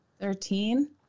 Thirteen